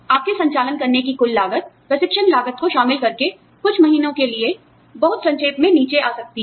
आपके संचालन करने की कुल लागत प्रशिक्षण लागत को शामिल कर के कुछ महीनों के लिए बहुत संक्षेप में नीचे जा सकती है